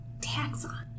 Taxon